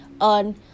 on